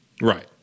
Right